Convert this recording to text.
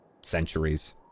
centuries